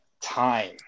time